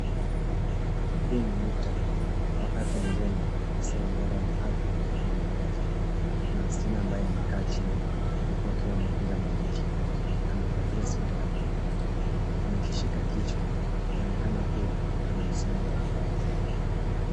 Huu ni muktadha wa afya njema hasa ubora wa afya ya mawazo, kuna msichana ambaye amekaa chini huku akiwa amekunja magoti yake amevalia sweta ya manjano. Amejishika kichwa kuonekana kua anamsongo wa mawazo.